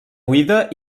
oïda